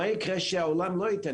מה יקרה שהעולם לא ייתן,